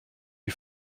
lui